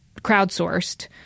crowdsourced